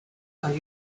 are